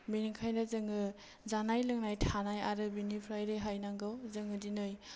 बेनिखायनो जोङो जानाय लोंनाय थानाय आरो बेनिफ्राय रेहाय नांगौ जोङो दिनै